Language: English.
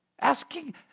asking